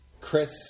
Chris